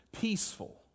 peaceful